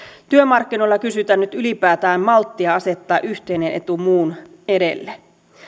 työmarkkinoilla kysytään nyt ylipäätään malttia asettaa yhteinen etu muun edelle